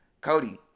Cody